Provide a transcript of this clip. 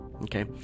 Okay